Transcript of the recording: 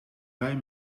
bij